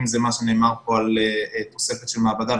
אם זה מה שנאמר פה על תוספת של מעבדה,